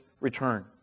return